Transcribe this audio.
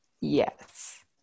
Yes